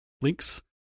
Links